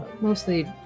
Mostly